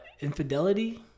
infidelity